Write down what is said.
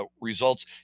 results